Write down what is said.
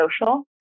social